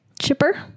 Chipper